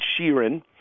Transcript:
Sheeran